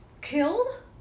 killed